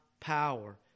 power